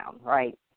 right